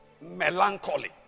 melancholy